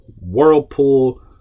Whirlpool